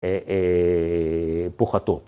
‫אה.. אה.. פוחתו.